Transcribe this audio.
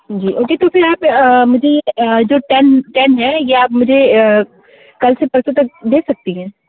जी okay तो फिर आप मुझे जो टेन टेन है या ये मुझे कल से परसों तक दे सकती हैं